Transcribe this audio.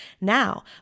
Now